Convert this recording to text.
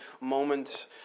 moment